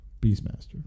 Beastmaster